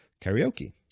karaoke